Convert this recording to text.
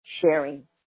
sharing